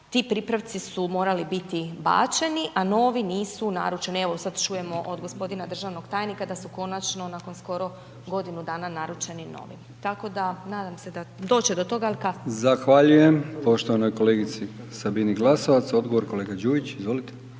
Ti pripravci su morali biti bačeni, a novi nisu naručeni. Evo, sada čujemo od gospodina državnog tajnika, da su konačno, nakon godinu dana naručeni novi. Tako da, nadam se doći će do toga ali kasnije. **Brkić, Milijan (HDZ)** Zahvaljujem poštovanoj kolegici Sabini Glasovac, odgovor kolega Đujić, izvolite.